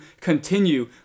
continue